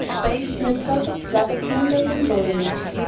bathed in a perfect flood of moonlight and loneliness.